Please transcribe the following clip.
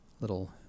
Little